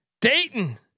Dayton